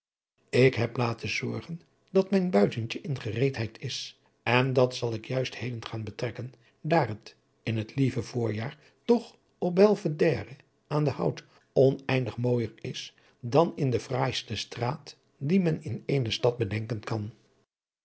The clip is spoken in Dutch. ik heb laten zorgen dat mijn buitentje in gereedheid is en dat zal ik juist heden gaan betrekken daar het in het lieve voorjaar toch op belvedere aan den hout oneindig mooijer is dan in de fraaiste straat die men in eene stad bedenken kan